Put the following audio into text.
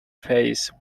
face